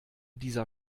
dieser